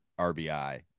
RBI